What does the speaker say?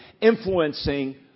influencing